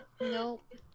Nope